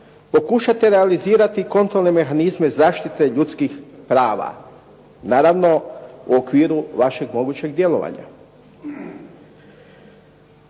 pokušate realizirati kontrolne mehanizme zaštite ljudskih prava. Naravno, u okviru vašeg mogućeg djelovanja.